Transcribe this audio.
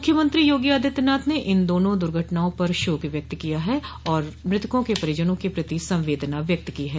मुख्यमंत्री योगी आदित्यनाथ ने इन दोनों दुर्घटनाओं पर शोक व्यक्त किया है और मृतकों के परिजनों के पति संवेदना व्यक्त की है